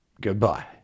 Goodbye